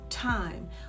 time